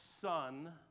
son